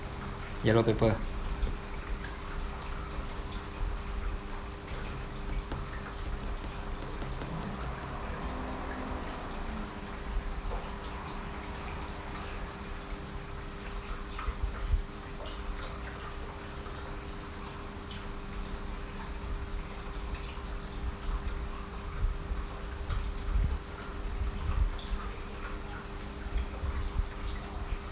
yellow purple